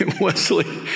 Wesley